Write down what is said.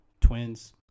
Twins